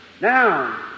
Now